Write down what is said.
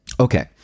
Okay